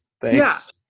Thanks